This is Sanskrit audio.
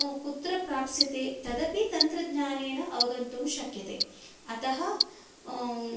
कुत्र प्राप्स्यते तदपि तन्त्रज्ञानेन अवगन्तुं शक्यते अतः